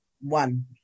one